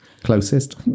closest